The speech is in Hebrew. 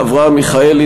אברהם מיכאלי,